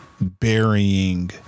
Burying